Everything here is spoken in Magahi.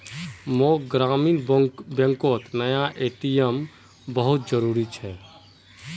मोक ग्रामीण बैंकोक नया ए.टी.एम बहुत जरूरी छे